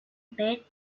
bit